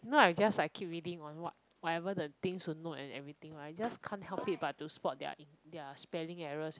no I just like I keep reading on what whatever the things to note and everything right I just can't help it but to spot their in their spelling errors and